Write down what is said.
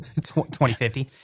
2050